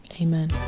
Amen